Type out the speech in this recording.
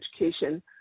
education